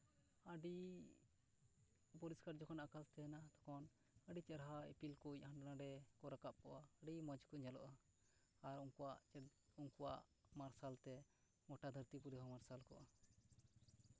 ᱟᱹᱰᱤ ᱯᱚᱨᱤᱥᱠᱟᱨ ᱡᱚᱠᱷᱚᱱ ᱟᱠᱟᱥ ᱛᱟᱦᱮᱸᱱᱟ ᱛᱚᱠᱷᱚᱱ ᱟᱹᱰᱤ ᱪᱮᱦᱨᱟ ᱤᱯᱤᱞ ᱠᱚ ᱦᱟᱸᱰᱮ ᱱᱟᱰᱮ ᱠᱚ ᱨᱟᱠᱟᱯ ᱠᱚᱜᱼᱟ ᱟᱹᱰᱤ ᱢᱚᱸᱡ ᱠᱚ ᱧᱮᱞᱚᱜᱼᱟ ᱟᱨ ᱩᱱᱠᱩᱣᱟᱜ ᱩᱱᱠᱩᱣᱟᱜ ᱢᱟᱨᱥᱟᱞ ᱛᱮ ᱜᱳᱴᱟ ᱫᱷᱟᱨᱛᱤ ᱯᱩᱨᱤ ᱦᱚᱸ ᱢᱟᱨᱥᱟᱞ ᱠᱚᱜᱼᱟ